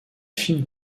fines